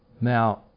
Now